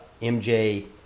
MJ